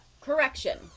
Correction